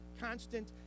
constant